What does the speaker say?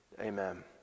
amen